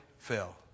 fell